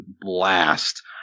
blast